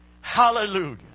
Hallelujah